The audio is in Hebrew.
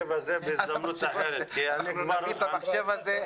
בהזדמנות אחרת נקיים דיון על המחשב הזה.